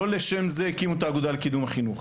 לא לשם זה הקימו את האגודה לקידום החינוך.